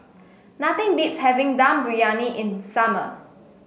nothing beats having Dum Briyani in summer